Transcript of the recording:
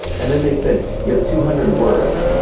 and then they said, you have two hundred words.